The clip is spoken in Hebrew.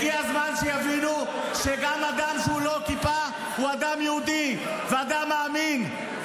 הגיע הזמן שיבינו שגם אדם שהוא לא עם כיפה הוא אדם יהודי ואדם מאמין.